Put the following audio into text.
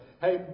hey